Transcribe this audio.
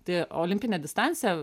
tai olimpinė distancija